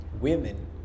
women